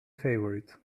favorite